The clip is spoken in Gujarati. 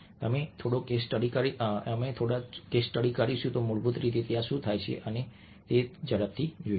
અમે થોડા કેસ સ્ટડી કરીશું મૂળભૂત રીતે ત્યાં શું થાય છે તે અમે ઝડપથી જોઈશું